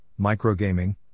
Microgaming